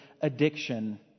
addiction